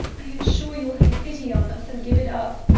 i am sure you will have pity on us and give it up.